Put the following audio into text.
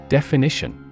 Definition